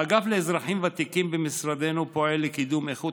האגף לאזרחים ותיקים במשרדנו פועל לקידום איכות